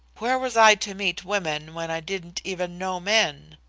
where was i to meet women when i didn't even know men?